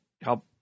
help